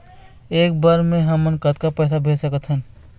एक बर मे हमन कतका पैसा भेज सकत हन?